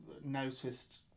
noticed